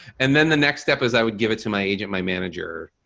and then the next step is i would give it to my agent, my manager,